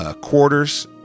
quarters